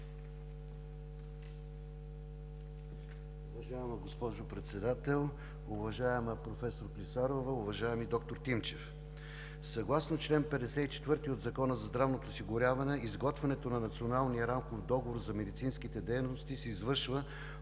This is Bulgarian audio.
Уважаема госпожо Председател, уважаема професор Клисарова, уважаеми доктор Тимчев! Съгласно чл. 54 от Закона за здравното осигуряване изготвянето на Националния рамков договор за медицинските дейности се извършва от